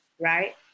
right